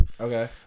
Okay